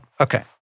Okay